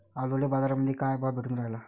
आलूले बाजारामंदी काय भाव भेटून रायला?